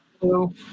Hello